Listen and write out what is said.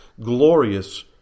glorious